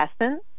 essence